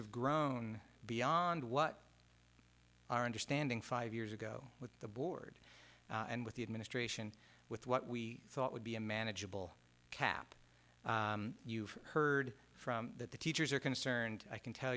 have grown beyond what our understanding five years ago with the board and with the administration with what we thought would be a manageable cap you've heard from that the teachers are concerned i can tell